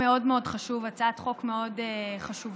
חשוב, הצעת חוק מאוד חשובה,